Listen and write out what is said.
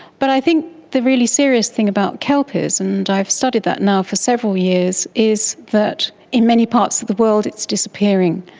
but i think the really serious thing about kelp is, and i've studied that now for several years, is that in many parts of the world it's disappearing.